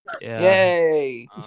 Yay